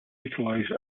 utilize